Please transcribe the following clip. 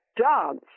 dance